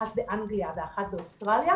אחת באנגלייה ואחת באוסטרליה,